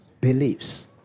believes